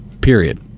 period